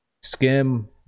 skim